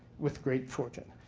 with great fortune.